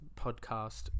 podcast